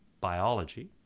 biology